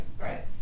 right